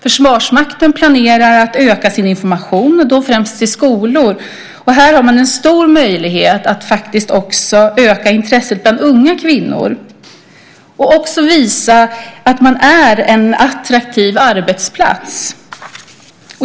Försvarsmakten planerar att öka sin information, främst i skolor, och här har man en stor möjlighet att också öka intresset bland unga kvinnor och också visa att man är en attraktiv arbetsplats.